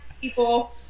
people